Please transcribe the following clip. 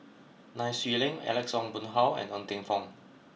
Nai Swee Leng Alex Ong Boon Hau and Ng Teng Fong